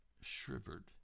shivered